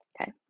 Okay